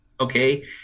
okay